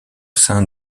sein